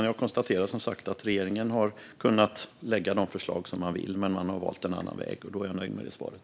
Jag konstaterar som sagt att regeringen har kunnat lägga fram de förslag man velat men att man valt en annan väg. Då är jag nöjd med det svaret.